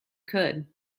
could